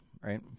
right